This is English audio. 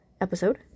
episode